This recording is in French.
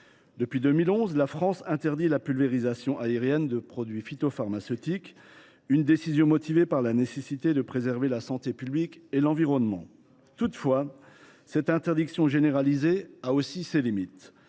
Depuis 2011, la France interdit la pulvérisation aérienne de produits phytopharmaceutiques, décision motivée par la nécessité de préserver la santé publique et l’environnement. Toutefois, cette interdiction généralisée a aussi ses limites.